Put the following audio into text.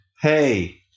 hey